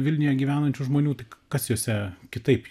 vilniuje gyvenančių žmonių tai kas jose kitaip